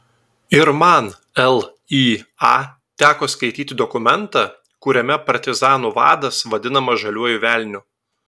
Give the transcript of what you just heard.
ir man lya teko skaityti dokumentą kuriame partizanų vadas vadinamas žaliuoju velniu